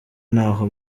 ntaho